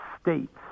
states